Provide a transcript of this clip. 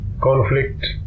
Conflict